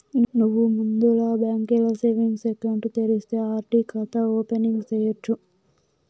నువ్వు ముందల బాంకీల సేవింగ్స్ ఎకౌంటు తెరిస్తే ఆర్.డి కాతా ఓపెనింగ్ సేయచ్చు